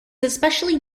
especially